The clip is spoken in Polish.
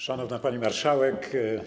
Szanowna Pani Marszałek!